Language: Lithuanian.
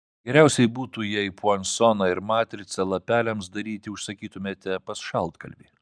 geriausiai būtų jei puansoną ir matricą lapeliams daryti užsakytumėte pas šaltkalvį